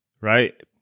Right